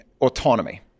autonomy